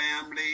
family